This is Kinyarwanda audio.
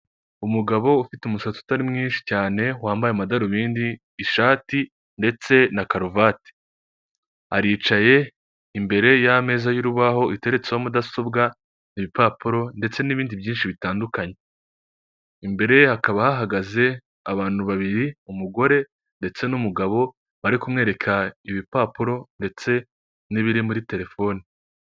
Umugabo ufite umusatsi utari mwinshi cyane wambaye amadarubindi ishati ndetse na karuvati, aricaye imbere y'ameza y'urubaho iteretseho mudasobwa, ibipapuro, ndetse n'ibindi byinshi bitandukanye. Imbere ye hakaba hahagaze abantu babiri umugore ndetse n'umugabo bari kumwereka ibipapuro ndetse n'ibiri muri terefone.